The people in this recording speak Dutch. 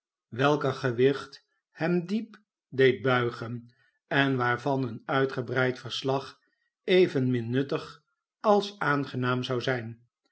welker gewicht hem diep deed buigen en waarvan een uitgebreid verslag evenmin nuttig als aangenaam zou zijn